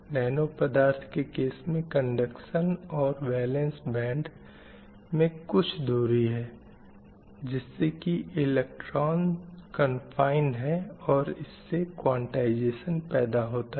nano पदार्थों के case में कंडक्शन और वैलन्स बैंड में कुछ दूरी है जिससे की इलेक्ट्रांज़ कन्फ़ाइंड हैं और इससे क्वांटिज़ेशन पैदा होता है